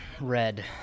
Red